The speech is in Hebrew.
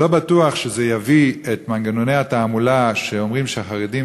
אני לא בטוח שזה יביא את מנגנוני התעמולה שאומרים שחרדים